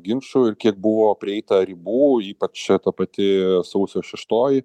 ginčų ir kiek buvo prieita ribų ypač ta pati sausio šeštoji